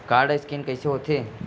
Code scan कइसे होथे?